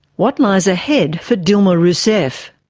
what lies ahead for dilma rousseff?